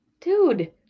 Dude